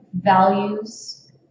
values